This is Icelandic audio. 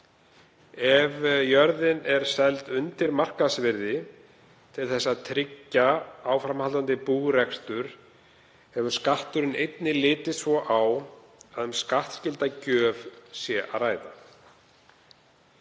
Ef jörðin er seld undir markaðsvirði til þess að tryggja áframhaldandi búrekstur hefur Skatturinn einnig litið svo á að um skattskylda gjöf sé að ræða.